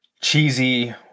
cheesy